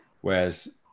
Whereas